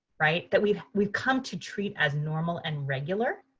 right? that we've we've come to treat as normal and regular.